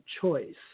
choice